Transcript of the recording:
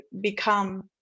become